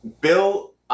Bill